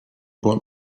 bought